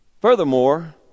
Furthermore